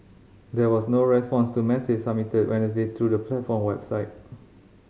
there was no response to message submitted Wednesday through the platform website